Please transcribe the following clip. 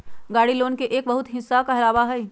गाड़ी लोन के एक बहुत लघु हिस्सा कहलावा हई